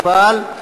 חייב משתף פעולה),